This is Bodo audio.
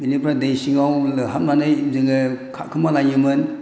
बिनिफ्राय दै सिङाव लोहाबनानै जोङो खारखुमालायोमोन